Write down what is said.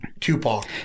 Tupac